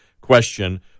question